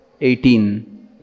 18